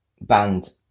banned